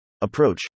approach